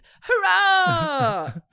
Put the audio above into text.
Hurrah